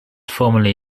formerly